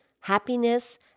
happiness